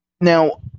Now